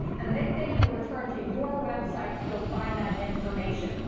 and they think to return to your website to go find that information.